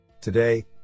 Today